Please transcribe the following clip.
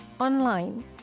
online